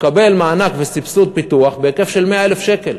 מקבל מענק וסבסוד פיתוח בהיקף של 100,000 שקל.